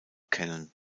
kennen